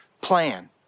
plan